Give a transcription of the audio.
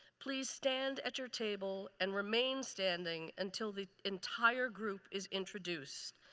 please stand at your table and remain standing until the entire group is introduced.